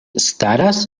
staras